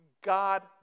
God